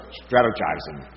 strategizing